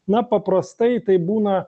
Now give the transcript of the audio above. na paprastai tai būna